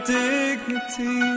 dignity